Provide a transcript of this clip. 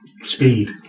speed